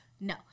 No